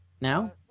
now